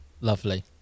lovely